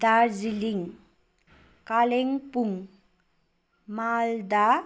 Darjeeling Kalimpong Malda